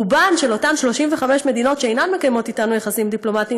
רובם של אותן 35 מדינות שאינן מקיימות אתנו קשרים דיפלומטיים